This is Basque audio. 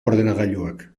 ordenagailuak